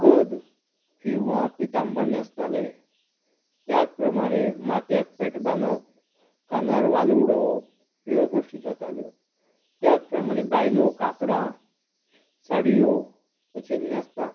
कर किंवा पितांबर न्हेसताले त्याच प्रमाणे माथ्यार फेटो बांदप खांदार वालो उडोवप यो गोश्टी जाताल्यो त्याच प्रमाणे बायलो कापडां साडयो अशी न्हेसता